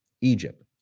Egypt